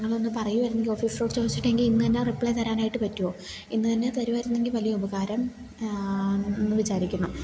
നിങ്ങളൊന്ന് പറയുകയായിരുന്നെങ്കിൽ ഓഫീസറോട് ചോദിച്ചിട്ടെങ്കിൽ ഇന്ന് തന്നെ റിപ്ലൈ തരാനായിട്ട് പറ്റുമോ ഇന്ന് തന്നെ തരികയായിരുന്നെങ്കിൽ വലിയ ഉപകാരം എന്ന് വിചാരിക്കുന്നു